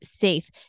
safe